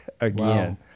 again